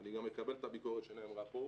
אני גם מקבל את הביקורת שנאמרה פה.